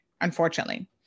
unfortunately